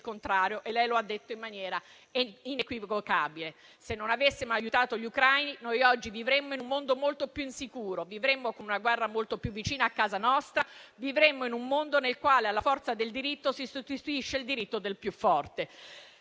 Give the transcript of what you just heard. contrario e lei lo ha detto in maniera inequivocabile. Se non avessimo aiutato gli ucraini, oggi vivremmo in un mondo molto più insicuro, con una guerra molto più vicina a casa nostra, in un mondo nel quale alla forza del diritto si sostituisce il diritto del più forte.